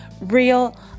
real